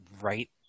right